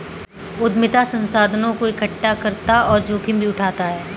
उद्यमिता संसाधनों को एकठ्ठा करता और जोखिम भी उठाता है